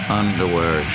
underwear